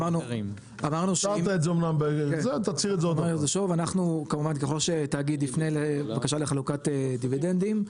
שוב אנחנו כמובן ככל שתאגיד יפנה לבקשה לחלוקת דיבידנדים,